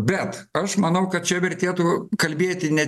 bet aš manau kad čia vertėtų kalbėti ne